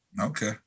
Okay